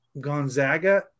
Gonzaga –